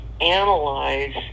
analyze